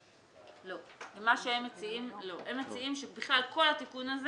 לא, הם מציעים שבכלל כל התיקון הזה